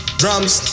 drums